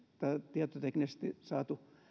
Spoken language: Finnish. tietoteknisesti saatu